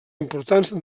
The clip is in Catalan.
importants